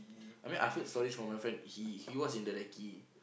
I mean I've heard stories from my friend he he was in the recce